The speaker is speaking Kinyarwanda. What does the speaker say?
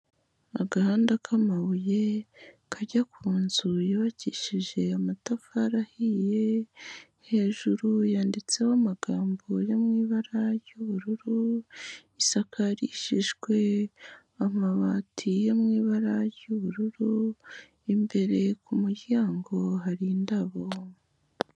Agahanda k'amabuye kajya ku nzu yubakishije amatafari ahiye, hejuru yanditseho amagambo yo mu ibara ry'ubururu, isakarishijwe amabati yo mu ibara ry'ubururu, imbere ku muryango hari indabo.